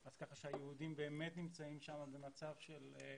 אז ככה שהיהודים באמת נמצאים שם במצב של חששות.